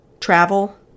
travel